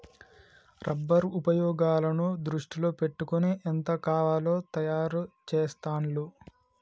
rubber ఉపయోగాలను దృష్టిలో పెట్టుకొని ఎంత కావాలో తయారు చెస్తాండ్లు